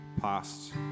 past